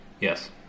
Yes